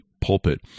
pulpit